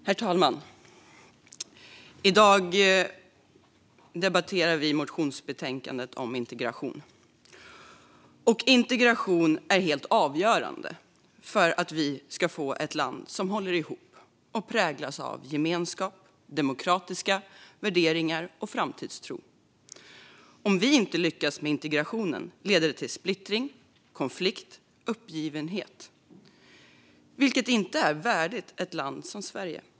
Herr talman! I dag debatterar vi motionsbetänkandet om integration. Integration är helt avgörande för att vi ska få ett land som håller ihop och präglas av gemenskap, demokratiska värderingar och framtidstro. Om vi inte lyckas med integrationen leder det till splittring, konflikter och uppgivenhet, vilket inte är värdigt ett land som Sverige.